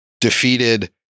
defeated